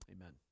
amen